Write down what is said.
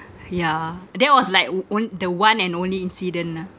yeah that was like oh on~ the one and only incident ah